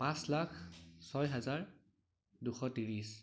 পাঁচ লাখ ছয় হাজাৰ দুশ ত্ৰিছ